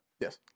Yes